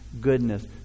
goodness